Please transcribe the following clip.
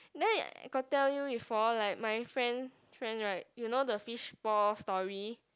then I got tell you before like my friend friend right you know the fishball story